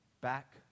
back